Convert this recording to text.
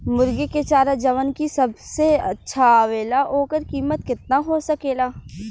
मुर्गी के चारा जवन की सबसे अच्छा आवेला ओकर कीमत केतना हो सकेला?